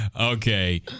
Okay